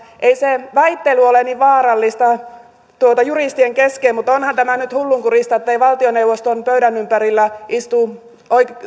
ei se väittely ole niin vaarallista juristien kesken mutta onhan tämä nyt hullunkurista ettei valtioneuvoston pöydän ympärillä istu